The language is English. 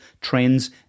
trends